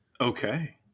Okay